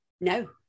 No